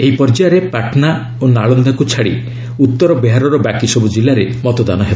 ଏହି ପର୍ଯ୍ୟାୟରେ ପାଟନା ଓ ନାଳନ୍ଦାକୁ ଛାଡ଼ି ଉତ୍ତର ବିହାରର ବାକି ସବୁ ଜିଲ୍ଲାରେ ମତଦାନ ହେବ